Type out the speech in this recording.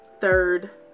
third